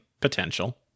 potential